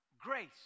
grace